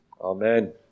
Amen